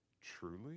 truly